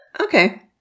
Okay